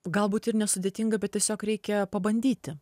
galbūt ir nesudėtinga bet tiesiog reikia pabandyti